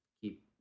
keep